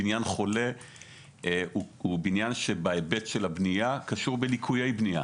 בניין חולה הוא בניין שבהיבט של הבנייה קשור בליקויי בנייה.